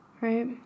Right